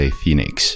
Phoenix 。